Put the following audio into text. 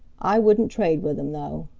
i wouldn't trade with him, though.